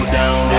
down